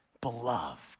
beloved